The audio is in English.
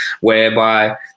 whereby